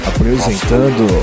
Apresentando